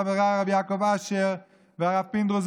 חבריי הרב יעקב אשר והרב פינדרוס,